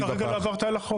אתה כרגע לא עברת על החוק.